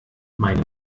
meine